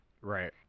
Right